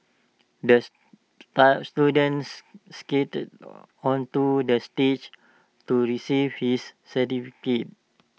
the students skated onto the stage to receive his certificate